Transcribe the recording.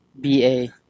B-A